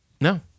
No